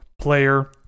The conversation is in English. player